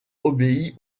obéit